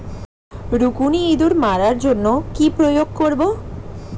রুকুনি ইঁদুর মারার জন্য কি করে প্রয়োগ করব?